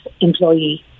employee